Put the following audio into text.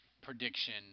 prediction